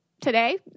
today